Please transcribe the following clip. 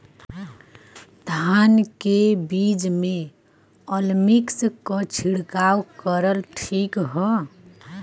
धान के बिज में अलमिक्स क छिड़काव करल ठीक ह?